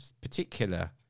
particular